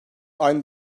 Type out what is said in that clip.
aynı